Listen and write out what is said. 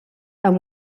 amb